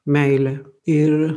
meilę ir